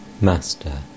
Master